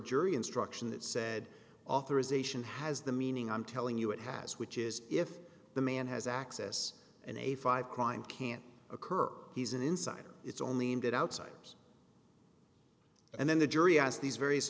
jury instruction that said authorization has the meaning i'm telling you it has which is if the man has access and a five crime can't occur he's an insider it's only aimed at outsiders and then the jury asked these various